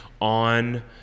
on